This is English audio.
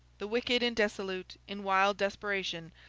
the wicked and dissolute, in wild desperation,